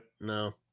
no